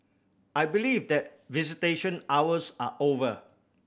I believe that visitation hours are over